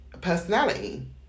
personality